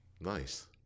Nice